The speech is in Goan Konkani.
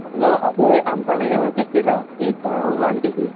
हॅलो आगे आमठाण कशी दिला एक वन केजी